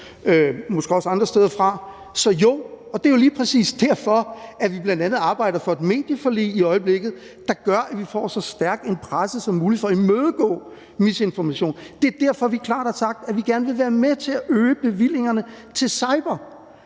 måske også andre steder fra. Så jo, og det er jo lige præcis derfor, vi bl.a. arbejder for et medieforlig i øjeblikket, der gør, at vi får så stærk en presse som muligt, for at imødegå misinformation. Det er derfor, vi klart har sagt, at vi gerne vil være med til at øge bevillingerne til